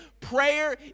Prayer